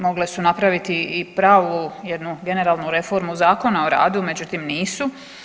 Mogle su napraviti i pravu jednu generalnu reformu Zakona o radu međutim nisu.